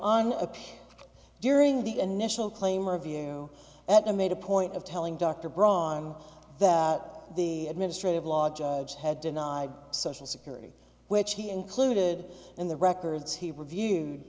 a during the initial claim of you that i made a point of telling dr braun that the administrative law judge had denied social security which he included in the records he reviewed